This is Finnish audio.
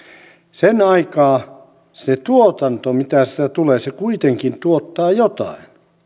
sen aikaa sitä tuotantoa mitä siitä tulee se kuitenkin tuottaa jotain